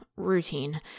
routine